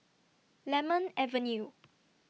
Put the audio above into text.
Lemon Avenue